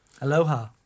Aloha